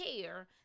care